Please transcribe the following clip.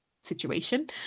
situation